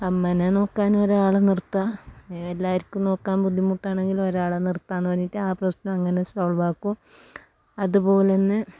അമ്മേനെ നോക്കാൻ ഒരാളെ നോക്കാൻ ഒരാളെനിർത്താം എല്ലാർക്കും നോക്കാൻ ബുദ്ധിമുട്ടാണെങ്കിൽ ഒരാളെ നിർത്താമെന്ന് പറഞ്ഞിട്ട് ആ പ്രശ്നം അങ്ങനെ സോൾവാക്കും അതുപോലെതന്നെ